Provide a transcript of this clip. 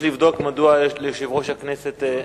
אבקש לבדוק מדוע יש ליושב-ראש הכנסת,